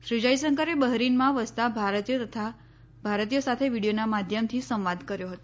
શ્રી જયશંકરે બહરીનમાં વસતા ભારતીયો સાથે વીડિયોના માધ્યમથી સંવાદ કર્યો હતો